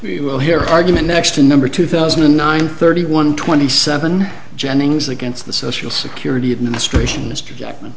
you will hear argument next to number two thousand and nine thirty one twenty seven jennings against the social security administration mr jack